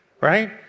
right